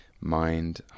Mind